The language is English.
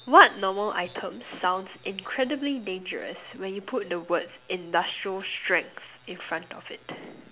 what normal item sounds incredibly dangerous when you put the words industrial strength in front of it